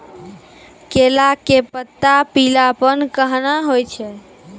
केला के पत्ता पीलापन कहना हो छै?